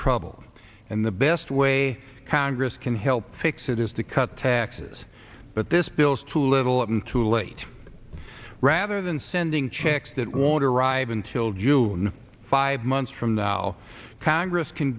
trouble and the best way congress can help fix it is to cut taxes but this bill is too little and too late rather than sending checks that want to arrive until june five months from now congress can